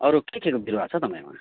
अरू के केको बिरुवा छ तपाईँकोमा